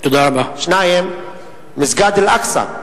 2. מסגד אל-אקצא,